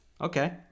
Okay